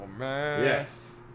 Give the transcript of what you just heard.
Yes